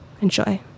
enjoy